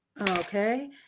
Okay